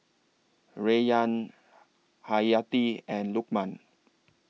Rayyan Hayati and Lukman